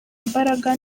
imbaraga